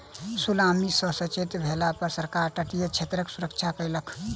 tsunami सॅ सचेत भेला पर सरकार तटीय क्षेत्रक सुरक्षा कयलक